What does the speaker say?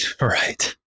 Right